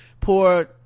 poor